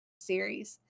series